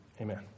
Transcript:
Amen